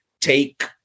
Take